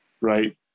Right